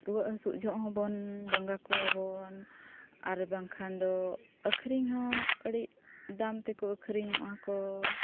ᱨᱩᱣᱟᱹᱜ ᱦᱟᱹᱥᱩᱜ ᱡᱚᱜ ᱦᱚᱸᱵᱚᱱ ᱵᱚᱸᱜᱟ ᱠᱚᱣᱟᱵᱚᱱ ᱟᱨ ᱵᱟᱝᱠᱷᱟᱱ ᱫᱚ ᱟᱹᱠᱷᱨᱤᱧ ᱦᱚᱸ ᱟᱹᱰᱤ ᱫᱟᱢ ᱛᱮᱠᱚ ᱟᱹᱠᱷᱨᱤᱧᱚᱜᱼᱟᱠᱚ